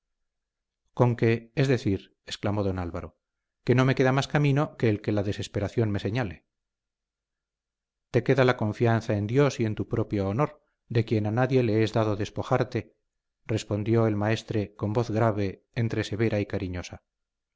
parte conque es decir exclamó don álvaro que no me queda más camino que el que la desesperación me señale te queda la confianza en dios y en tu propio honor de que a nadie le es dado despojarte respondió el maestre con voz grave entre severa y cariñosa